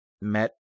met